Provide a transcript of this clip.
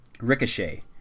Ricochet